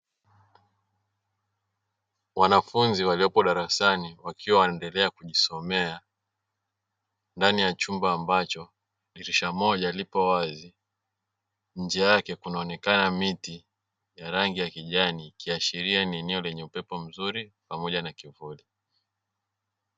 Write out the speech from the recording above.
Wanafunzi waliopo darasani wakiwa wanaendelea kujisomea ndani ya chumba ambacho dirisha moja lipo wazi, nje yake kunaonekana miti ya rangi ya kijani ikiashiria ni eneo lenye upepo mzuri pamoja na kivuli.